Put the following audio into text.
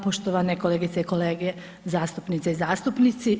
Poštovane kolegice i kolege zastupnice i zastupnici.